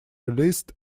released